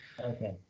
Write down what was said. Okay